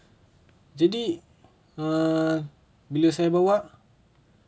jadi err bila saya bawa